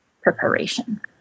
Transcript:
preparation